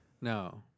No